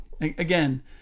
Again